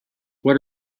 what